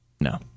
No